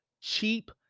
cheap